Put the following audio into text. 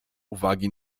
uwagi